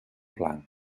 blanc